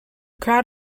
crowd